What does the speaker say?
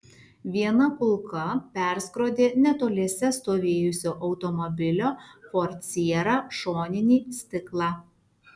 viena kulka perskrodė netoliese stovėjusio automobilio ford sierra šoninį stiklą